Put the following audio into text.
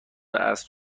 اسب